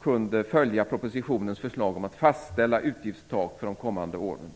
kunde följa propositionens förslag om att fastställa utgiftstak för de kommande åren.